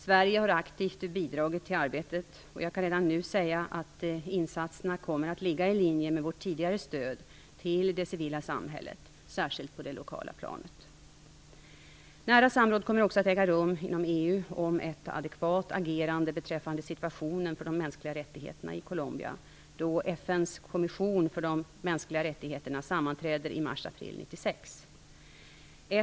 Sverige har aktivt bidragit till arbetet, och jag kan redan nu säga att insatserna kommer att ligga i linje med vårt tidigare stöd till det civila samhället, särskilt på det lokala planet. Nära samråd kommer också att äga rum inom EU om ett adekvat agerande beträffande situationen för de mänskliga rättigheterna i Colombia, då FN:s kommission för de mänskliga rättigheterna sammanträder i mars-april 1996.